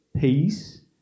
peace